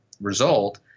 result